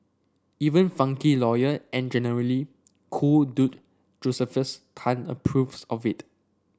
even funky lawyer and generally cool dude Josephus Tan approves of it